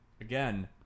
Again